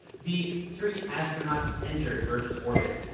the three astronauts entered earth's orbit.